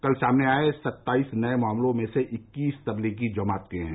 कल सामने आये सत्ताईस नये मामलों में से इक्कीस तबलीगी जमात के हैं